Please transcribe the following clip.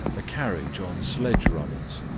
a carriage on sledge-runners,